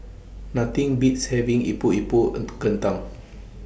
Nothing Beats having Epok Epok Kentang